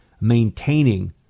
maintaining